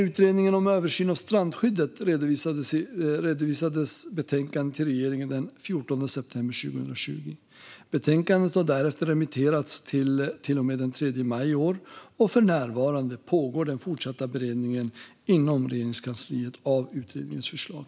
Utredningen om översyn av strandskyddet redovisade sitt betänkande till regeringen den 14 december 2020. Betänkandet har därefter remitterats till och med den 3 maj i år. För närvarande pågår den fortsatta beredningen inom Regeringskansliet av utredningens förslag.